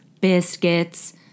biscuits